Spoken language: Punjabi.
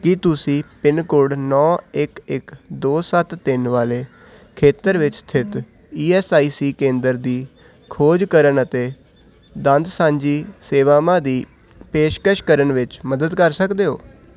ਕੀ ਤੁਸੀਂ ਪਿੰਨ ਕੋਡ ਨੌਂ ਇੱਕ ਇੱਕ ਦੋ ਸੱਤ ਤਿੰਨ ਵਾਲੇ ਖੇਤਰ ਵਿੱਚ ਸਥਿਤ ਈ ਐੱਸ ਆਈ ਸੀ ਕੇਂਦਰਾਂ ਦੀ ਖੋਜ ਕਰਨ ਅਤੇ ਦੰਦਸਾਜ਼ੀ ਸੇਵਾਵਾਂ ਦੀ ਪੇਸ਼ਕਸ਼ ਕਰਨ ਵਿੱਚ ਮਦਦ ਕਰ ਸਕਦੇ ਹੋ